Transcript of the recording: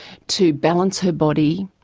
to balance her body,